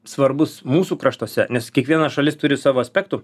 svarbus mūsų kraštuose nes kiekviena šalis turi savo aspektų